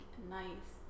nice